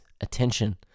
attention